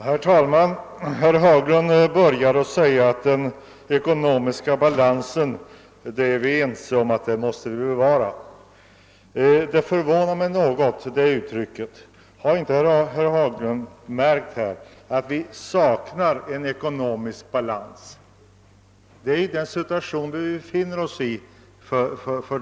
Herr talman! Herr Haglund började med att säga att vi är ense om att vi måste bevara den ekonomiska balansen. Det uttalandet förvånade mig något. Har inte herr Haglund märkt att vi saknar ekonomisk balans i den situation vi nu befinner oss i?